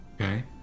Okay